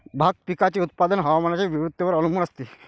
भाग पिकाचे उत्पादन हवामानाच्या विविधतेवर अवलंबून असते